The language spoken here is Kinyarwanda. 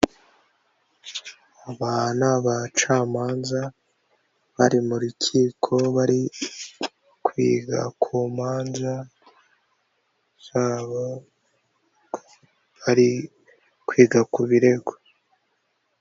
Abana ni bacamanza bari mu rukiko bari kwiga ku manza, zabo bari kwiga ku birego.